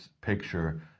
picture